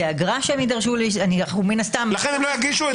זה אגרה שהם יידרשו לשלם --- לכן הם לא יגישו את זה.